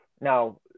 now